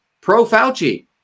pro-Fauci